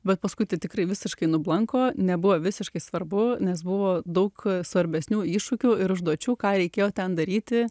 bet paskui tai tikrai visiškai nublanko nebuvo visiškai svarbu nes buvo daug svarbesnių iššūkių ir užduočių ką reikėjo ten daryti